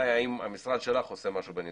היא האם המשרד שלך עושה משהו בנדון.